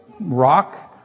rock